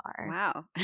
Wow